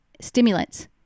stimulants